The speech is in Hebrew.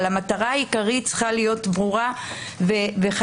אבל המטרה העיקרית צריכה להיות ברורה וחד-משמעית.